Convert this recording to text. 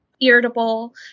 irritable